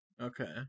Okay